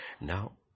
Now